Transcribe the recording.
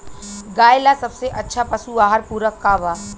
गाय ला सबसे अच्छा पशु आहार पूरक का बा?